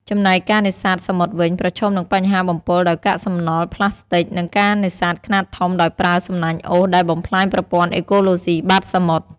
ចំណែកការនេសាទសមុទ្រវិញ ប្រឈមនឹងបញ្ហាបំពុលដោយកាកសំណល់ប្លាស្ទិក និងការនេសាទខ្នាតធំដោយប្រើសំណាញ់អូសដែលបំផ្លាញប្រព័ន្ធអេកូឡូស៊ីបាតសមុទ្រ។